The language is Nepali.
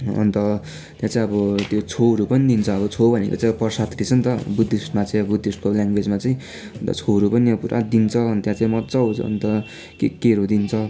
अन्त त्यहाँ चाहिँ अब त्यो छौहरू पनि दिन्छ छौ भनेको चाहिँ अब प्रसाद रहेछ नि त बुद्धिस्टमा चाहिँ अब बुद्धिस्टको लेङ्गुवेजमा चाहिँ अन्त छौहरू पनि पुरा दिन्छ अनि त्यहाँ चाहिँ मजा आउँछ अन्त केकेहरू दिन्छ